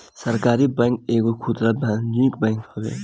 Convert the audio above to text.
सहकारी बैंक एगो खुदरा वाणिज्यिक बैंक हवे